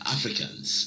Africans